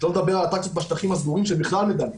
שלא לדבר על אטרקציות בשטחים הסגורים שבכלל מדממות,